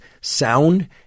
sound